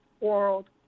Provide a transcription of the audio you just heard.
World